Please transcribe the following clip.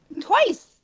twice